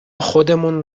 خودمون